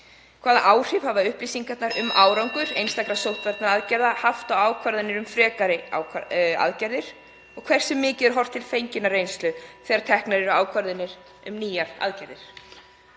Hvaða áhrif hafa upplýsingar um árangur (Forseti hringir.) einstakra sóttvarnaaðgerða haft á ákvarðanir um frekari aðgerðir? Hversu mikið er horft til fenginnar reynslu þegar teknar eru ákvarðanir um nýjar aðgerðir?